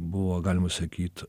buvo galima sakyt